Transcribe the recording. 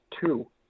two